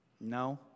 no